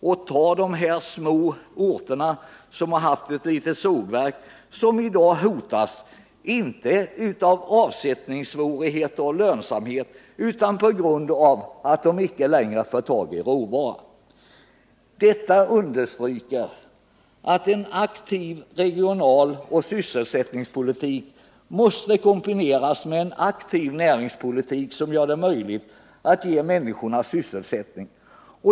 Låt oss ta de små orterna som tidigare haft ett litet sågverk men som i dag hotas inte av avsättningssvårigheter eller av olönsamhet utan på grund av att de inte längre får tag i råvara. Detta understryker att en aktiv regionaloch sysselsättningspolitik måste kombineras med en aktiv näringspolitik, som gör det möjligt att ge människorna sysselsättning.